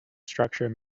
structure